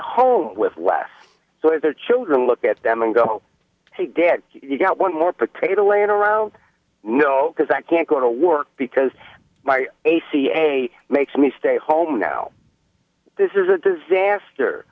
home with less so if their children look at them and go hey dad you got one more potato laying around no because i can't go to work because my a c a makes me stay home now this is a disaster